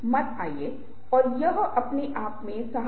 अब आप देखते हैं कि वार्तालाप क्या है